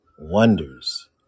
wonders